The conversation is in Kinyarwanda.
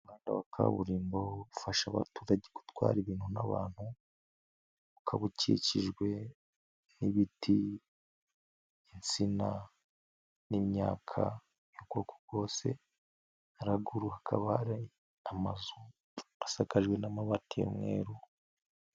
Umuhanda wa kaburimbo ufasha abaturage gutwara ibintu n'abantu, ukaba ukikijwe n'ibiti, insina n'imyaka y'ubwoko bwose, haraguru hakaba ari amazu asakajwe n'amabati y'umweru.